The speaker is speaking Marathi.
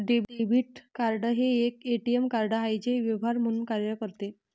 डेबिट कार्ड हे एक ए.टी.एम कार्ड आहे जे व्यवहार म्हणून कार्य करते